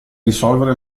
risolvere